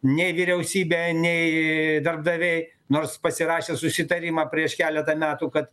nei vyriausybė nei darbdaviai nors pasirašė susitarimą prieš keletą metų kad